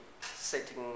setting